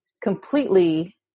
completely